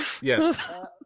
Yes